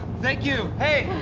thank you, hey!